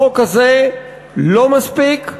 החוק הזה לא מספיק,